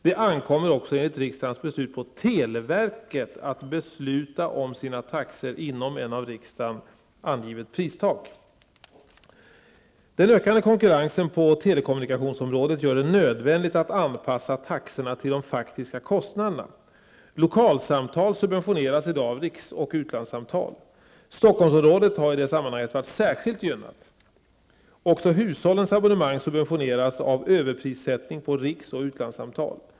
Det ankommer också enligt riksdagens beslut på televerket att besluta om sina taxor inom ett av riksdagen angivet pristak. Den ökande konkurrensen på telekommunikationsområdet gör det nödvändigt att anpassa taxorna till de faktiska kostnaderna. Lokalsamtal subventioneras i dag av riks och utlandssamtal. Stockholmsområdet har i det sammanhanget varit särskilt gynnat. Också hushållens abonnemang subventioneras av överprissättning på riks och utlandssamtal.